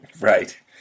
Right